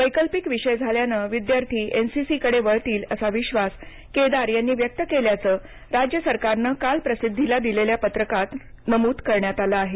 वैकल्पिक विषय झाल्यानं विद्यार्थी एनसीसीकडे वळतील असा विश्वास केदार यांनी व्यक्त केल्याचं राज्य सरकारनं काल प्रसिद्धीला दिलेल्या पत्रकात नमूद करण्यात आलं आहे